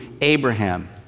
Abraham